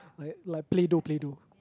like like Play-dough Play-dough